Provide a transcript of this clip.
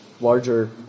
larger